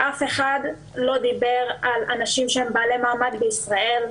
אף אחד לא דיבר על אנשים שהם בעלי מעמד בישראל,